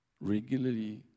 regularly